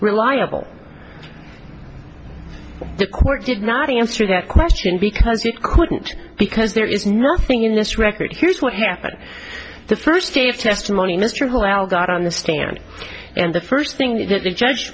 reliable the court did not answer that question because he couldn't because there is nothing in this record here's what happened the first day of testimony mr hall al got on the stand and the first thing that the judge